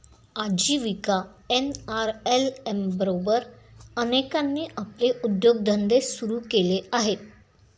आजीविका एन.आर.एल.एम बरोबर अनेकांनी आपले उद्योगधंदे सुरू केले आहेत